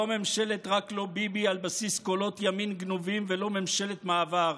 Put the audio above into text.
לא ממשלת "רק לא ביבי" על בסיס קולות ימין גנובים ולא ממשלת מעבר,